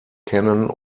kennen